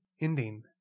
ending